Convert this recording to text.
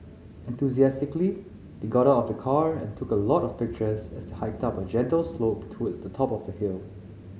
enthusiastically they got out of the car and took a lot of pictures as they hiked up a gentle slope towards the top of the hill